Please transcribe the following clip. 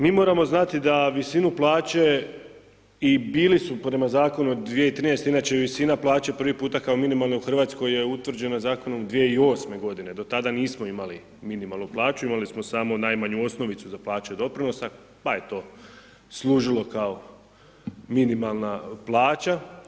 Mi moramo znati da visinu plaće i bili su prema Zakonu od 2013.-te, inače je visina plaće prvi puta kao minimalne u Hrvatskoj, je utvrđena Zakonom 2008. godine, do tada nismo imali minimalnu plaću, imali smo samo najmanju osnovicu za plaćanje doprinosa, pa je to služilo kao minimalna plaća.